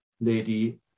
Lady